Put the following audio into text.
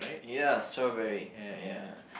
ya strawberry ya